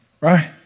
Right